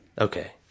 okay